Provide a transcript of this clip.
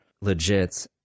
legit